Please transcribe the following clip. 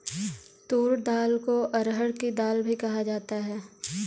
तूर दाल को अरहड़ की दाल भी कहा जाता है